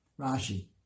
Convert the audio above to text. Rashi